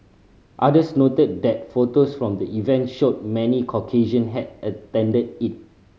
others noted that photos from the event showed many Caucasian had attended it